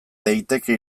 daiteke